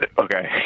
Okay